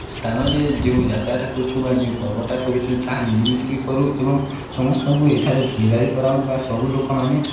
ସ୍ଥାନରେ ଯେଉଁ ଯାତ୍ରାଟା କରୁଛୁ ବା ଯେଉଁ ପର୍ବଟା କରୁଛୁ ତାହା ମିଳିମିଶିକି କରୁ ଏବଂ ସମସ୍ତଙ୍କୁ ଏଠାରେ ଭାଗୀଦାରୀ କରାଉ ବା ସବୁ ଲୋକମାନେ